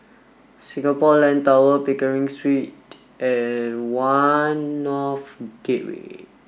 Singapore Land Tower Pickering Street and One North Gateway